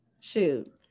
shoot